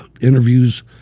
interviews